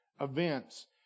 events